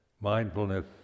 Mindfulness